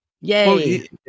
Yay